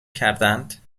کردند